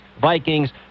Vikings